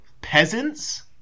peasants